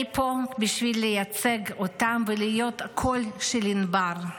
בשביל לייצג אותם ולהיות הקול של ענבר.